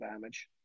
damage